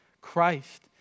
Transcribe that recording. Christ